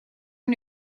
aan